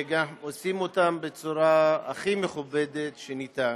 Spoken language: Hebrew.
וגם עושים זאת בצורה הכי מכובדת שאפשר.